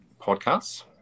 podcasts